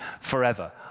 forever